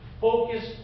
Focus